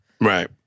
Right